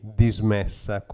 dismessa